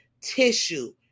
tissue